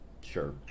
Sure